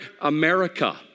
America